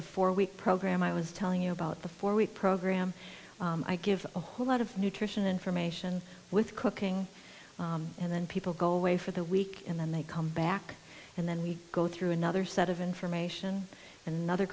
the four week program i was telling you about the four week program i give a whole lot of nutrition information with cooking and then people go away for the week and then they come back and then we go through another set of information another